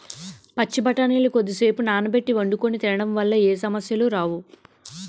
పచ్చి బఠానీలు కొద్దిసేపు నానబెట్టి వండుకొని తినడం వల్ల ఏ సమస్యలు రావు